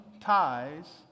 ties